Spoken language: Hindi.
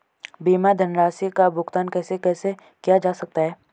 बीमा धनराशि का भुगतान कैसे कैसे किया जा सकता है?